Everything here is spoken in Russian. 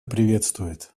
приветствует